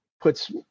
puts